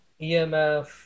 EMF